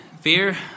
fear